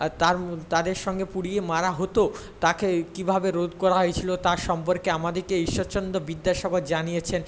আর তার তাদের সঙ্গে পুড়িয়ে মারা হতো তাকে কী ভাবে রোধ করা হয়েছিল তার সম্পর্কে আমাদেরকে ঈশ্বরচন্দ্র বিদ্যাসাগর জানিয়েছেন